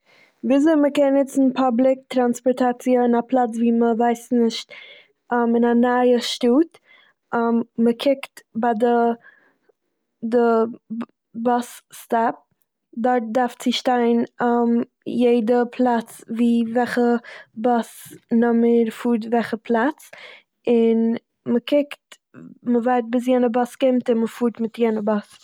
וויזוי מ'קען נוצן פובליק טראנסערטאציע אין א פלאץ וואו מ'ווייסט נישט- אין א נייע שטאט. מ'קוקט ביי די ב- באס סטאפ, דארט דארף צו שטיין יעדע פלאץ וואו וועלכע באס נומער פארט וועלכע פלאץ, און מ'קוקט- מ'ווארט ביז יענע באס קומט, און מ'פארט מיט יענע באס.